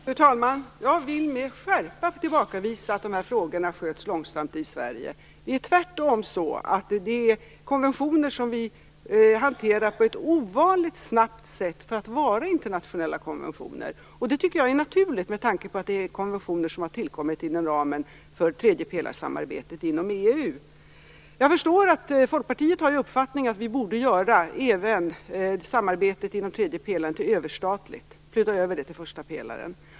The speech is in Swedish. Fru talman! Jag vill med skärpa tillbakavisa att de här frågorna sköts långsamt i Sverige. Det är tvärtom så att vi har hanterat dessa konventioner på ett för internationella konventioner ovanligt snabbt sätt. Det tycker jag är naturligt, med tanke på att det är konventioner som har tillkommit inom ramen för tredjepelar-samarbetet inom EU. Jag förstår att Folkpartiet har uppfattningen att vi borde göra även samarbetet inom tredje pelaren överstatligt och flytta över det till första pelaren.